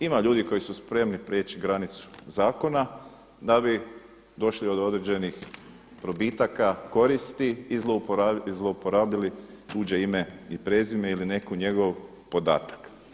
Ima ljudi koji su spremni prijeći granicu zakona da bi došli do određenih probitaka, koristi, i zlouporabili tuđe ime i prezime ili neki njegov podatak.